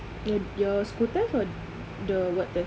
your your school test or the what test